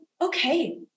okay